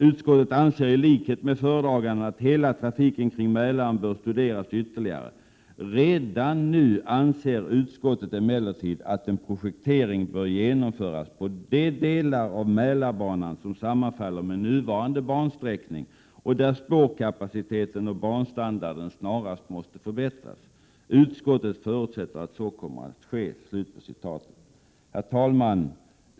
Utskottet anser i likhet med föredraganden, att hela trafiken kring Mälaren bör studeras ytterligare. Redan nu anser utskottet emellertid att en projektering bör genomföras på de delar av Mälarbanan som sammanfaller med nuvarande bansträckning och där spårkapaciteten och banstandarden snarast måste förbättras. Utskottet förutsätter att så kommer att ske.” Herr talman!